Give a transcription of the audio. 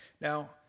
Now